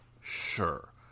Sure